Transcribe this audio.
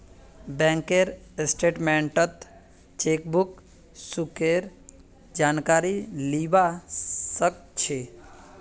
बैंकेर स्टेटमेन्टत चेकबुक शुल्केर जानकारी लीबा सक छी